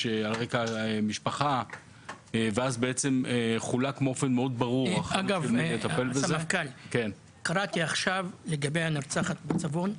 יש על רקע המשפחה ואז בעצם --- קראתי עכשיו לגבי הנרצחת בצפון.